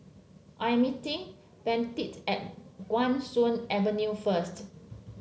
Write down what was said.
I am meeting Vashti at Guan Soon Avenue first